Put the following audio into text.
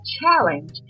challenge